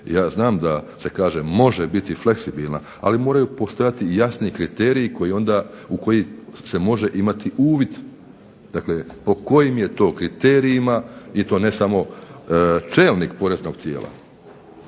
ja znam da se kaže može biti fleksibilna, ali moraju postojati jasniji kriteriji koji onda, u koji se može imati uvid, dakle po kojim je to kriterijima, i to ne samo čelnik poreznog tijela,